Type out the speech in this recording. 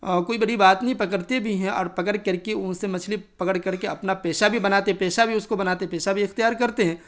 اور کوئی بڑی بات نہیں پکرتے بھی ہیں اور پکڑ کر کے ان سے مچھلی پکڑ کر کے اپنا پیشہ بھی بناتے پیشہ بھی اس کو بناتے پیشہ بھی اختیار کرتے ہیں